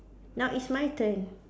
now it's my turn